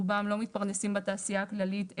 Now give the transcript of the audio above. רובם לא מתפרנסים בתעשייה הכללית,